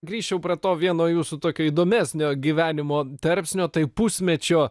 grįšiu prie to vieno jūsų tokio įdomesnio gyvenimo tarpsnio tai pusmečio